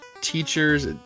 teachers